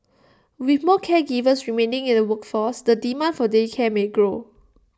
with more caregivers remaining in the workforce the demand for day care may grow